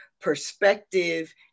perspective